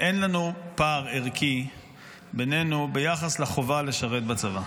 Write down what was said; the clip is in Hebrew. אין פער ערכי בינינו ביחס לחובה לשרת בצבא.